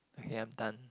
okay I'm done